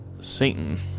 Satan